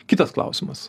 kitas klausimas